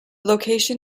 location